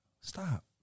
stop